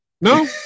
No